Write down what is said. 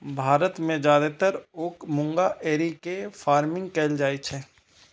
भारत मे जादेतर ओक मूंगा एरी के फार्मिंग कैल जाइ छै